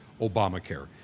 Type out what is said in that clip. Obamacare